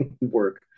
work